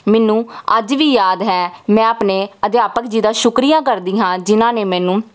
ਮੈਨੂੰ ਅੱਜ ਵੀ ਯਾਦ ਹੈ ਮੈਂ ਆਪਣੇ ਅਧਿਆਪਕ ਜੀ ਦਾ ਸ਼ੁਕਰੀਆ ਕਰਦੀ ਹਾਂ ਜਿਹਨਾਂ ਨੇ ਮੈਨੂੰ